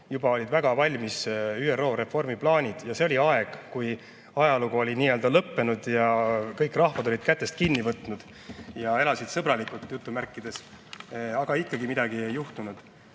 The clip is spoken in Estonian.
juba olid väga valmis ÜRO reformi plaanid. Ja see oli aeg, kui ajalugu oli nii-öelda lõppenud ja kõik rahvad olid kätest kinni võtnud ja elasid "sõbralikult", aga ikkagi midagi ei juhtunud.